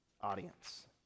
audience